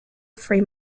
free